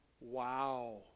Wow